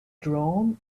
drawn